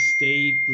state